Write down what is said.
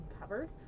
covered